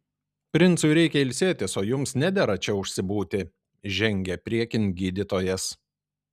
princui reikia ilsėtis o jums nedera čia užsibūti žengė priekin gydytojas